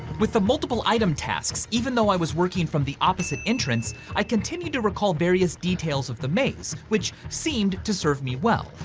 with the multiple item tasks. even though i was working from the opposite entrance, i continued to recall various details of the maze, which seemed to serve me well.